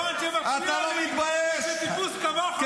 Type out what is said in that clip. הדבר האחרון שמפריע לי הוא שטיפוס כמוך אומר לי,